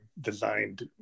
designed